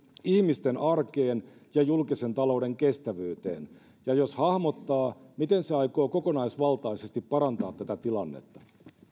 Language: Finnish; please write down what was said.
ihmisten arkeen ja julkisen talouden kestävyyteen ja jos hahmottaa miten se aikoo kokonaisvaltaisesti parantaa tätä tilannetta